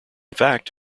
fact